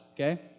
okay